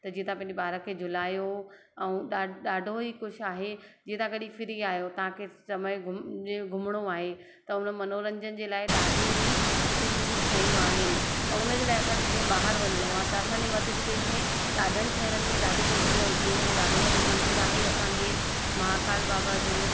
जे तव्हां पंहिंजे ॿार खे झुलायो ऐं ॾा ॾाढो ई कुझु आहे जे तव्हां कॾहिं फ़्री आहियो समय घुन घुमिणो आहे त उन मनोरंजन जे लाइ ॾाढियूं ई सुठी सुठी शयूं आहिनि ऐं उन जे लाइ असांखे जीअं ॿाहिरि वञणो आहे त असांजे मध्य प्रदेश में ॾाढनि शहरनि में ॾाढो कुझु जीअं उज्जैन में ॾाढो वॾो मंदरु आहे असांजे महाकाल बाबा जो